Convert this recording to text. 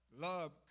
love